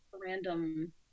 random